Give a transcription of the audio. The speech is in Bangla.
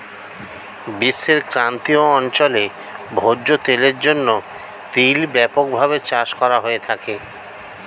বিশ্বের ক্রান্তীয় অঞ্চলে ভোজ্য তেলের জন্য তিল ব্যাপকভাবে চাষ করা হয়ে থাকে